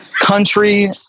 Country